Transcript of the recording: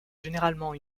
généralement